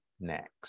next